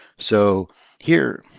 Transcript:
so here,